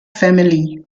family